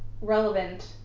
relevant